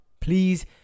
please